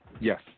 Yes